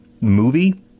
movie